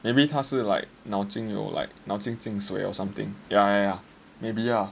maybe 他是 like 脑经有 like 脑经进水 or something yeah yeah maybe yeah